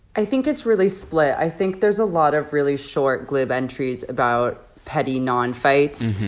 i think it's really split. i think there's a lot of really short, glib entries about petty non-fights.